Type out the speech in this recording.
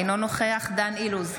אינו נוכח דן אילוז,